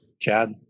chad